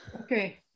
okay